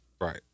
Right